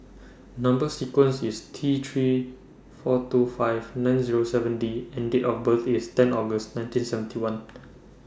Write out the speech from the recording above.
Number sequence IS T three four two five nine Zero seven D and Date of birth IS ten August nineteen seventy one